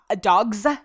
dogs